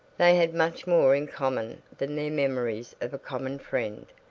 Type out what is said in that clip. they had much more in common than their memories of a common friend.